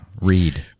Read